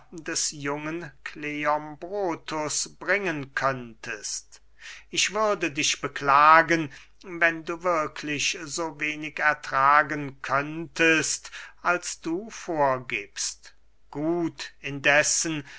des jungen kleombrotus bringen könntest ich würde dich beklagen wenn du wirklich so wenig ertragen könntest als du vorgiebst gut indessen